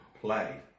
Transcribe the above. play